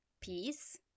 peace